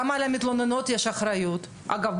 גם על המתלוננות יש אחריות ואגב,